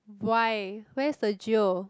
why where is the jio